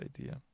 idea